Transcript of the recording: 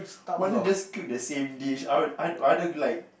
why don't you just cook the same dish I would I rather like